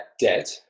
debt